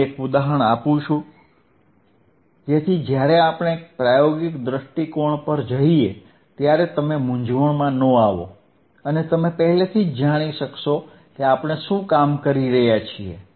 હું એક ઉદાહરણ આપું છું જેથી જ્યારે આપણે પ્રાયોગિક દૃષ્ટિકોણ પર જઈએ ત્યારે તમે મૂંઝવણમાં ન આવશો અને તમે પહેલેથી જ જાણી શકશો કે આપણે શું કામ કરી રહ્યા છીએ